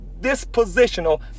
dispositional